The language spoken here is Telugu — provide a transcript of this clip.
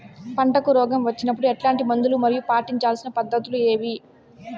పంటకు రోగం వచ్చినప్పుడు ఎట్లాంటి మందులు మరియు పాటించాల్సిన పద్ధతులు ఏవి?